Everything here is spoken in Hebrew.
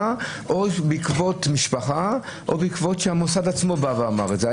או בעקבות המשפחה או בעקבות שהמוסד עצמו בא ואומר את זה?